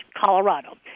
Colorado